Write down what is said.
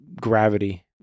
gravity